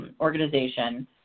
organization